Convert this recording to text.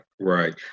Right